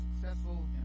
successful